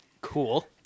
cool